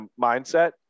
mindset